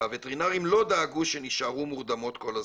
והווטרינרים לא דאגו שהן יישארו מורדמות כל הזמן.